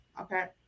Okay